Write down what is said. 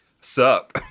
sup